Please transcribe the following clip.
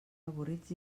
avorrits